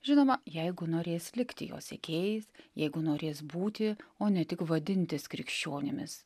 žinoma jeigu norės likti jo sekėjais jeigu norės būti o ne tik vadintis krikščionimis